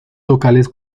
locales